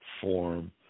form